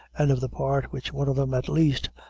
and of the part which one of them, at least,